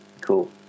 cool